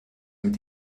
mit